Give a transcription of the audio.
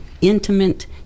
intimate